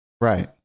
Right